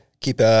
Keep